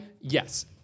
yes